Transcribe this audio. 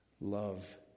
Love